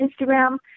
Instagram